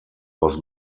aus